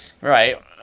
Right